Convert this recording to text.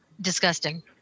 Disgusting